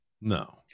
No